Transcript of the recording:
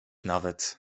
nawet